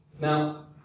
Now